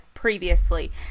Previously